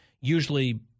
usually